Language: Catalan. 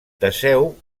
teseu